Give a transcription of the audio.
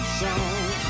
song